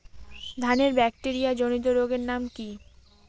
ধানের ব্যাকটেরিয়া জনিত রোগের নাম কি?